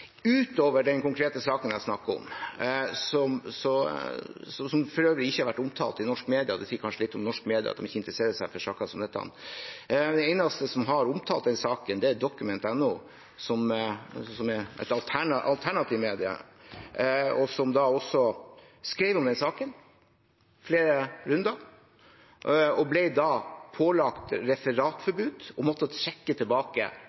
Den konkrete saken jeg snakket om, har for øvrig ikke vært omtalt i norske medier. Det sier kanskje litt om norske medier at de ikke interesserer seg for saker som dette. De eneste som har omtalt denne saken, er document.no, som er et alternativt medium, som skrev om denne saken i flere runder, og som ble pålagt referatforbud og måtte trekke tilbake